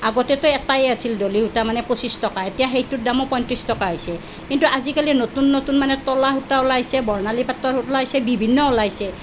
আগতেতো এটায়ে আছিল ডলি সূতা মানে পঁচিছ টকা এতিয়া সেইটোৰ দামো পঁয়ত্ৰিছ টকা হৈছে কিন্তু আজিকালি নতুন নতুন মানে তলা সূতা ওলাইছে বৰ্ণালী পাতৰ ওলাইছে বিভিন্ন ওলাইছে